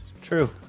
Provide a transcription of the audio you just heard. True